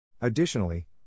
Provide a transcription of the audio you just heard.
Additionally